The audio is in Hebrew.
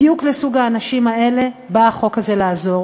בדיוק לסוג האנשים האלה בא החוק הזה לעזור.